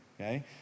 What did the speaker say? okay